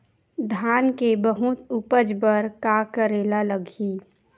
धान के बहुत उपज बर का करेला लगही?